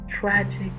tragic